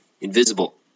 invisible